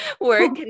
work